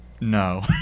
No